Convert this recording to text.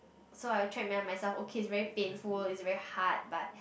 so I try remind myself okay it's very painful it's very hard but